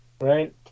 right